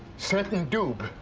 certain doom?